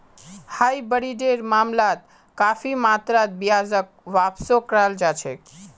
हाइब्रिडेर मामलात काफी मात्रात ब्याजक वापसो कराल जा छेक